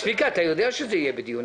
צביקה כהן, אתה יודע שזה יהיה בדיון.